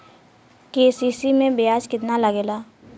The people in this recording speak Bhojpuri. के.सी.सी में ब्याज कितना लागेला?